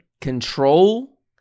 control